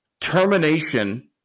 termination